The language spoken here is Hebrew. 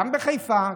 גם בחיפה,